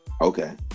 Okay